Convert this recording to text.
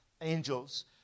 angels